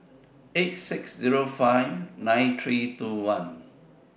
eight six Zero five nine three two one